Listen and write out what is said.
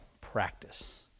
practice